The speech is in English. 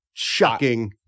Shocking